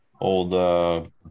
Old –